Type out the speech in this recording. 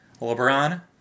LeBron